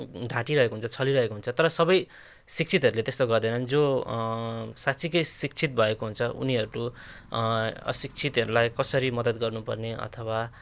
ठाँटिरहेको हुन्छ छलिरहेको हुन्छ तर सबै शिक्षितहरूले त्यस्तो गर्दैनन् जो साँच्चैकै शिक्षित भएको हुन्छ उनीहरू अशिक्षितहरूलाई कसरी मद्त गर्नुपर्ने अथवा